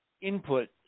input